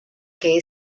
que